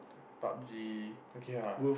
pub-G okay ah